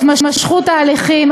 התמשכות ההליכים,